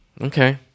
Okay